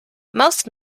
most